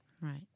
Right